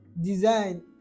Design